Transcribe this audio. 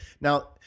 Now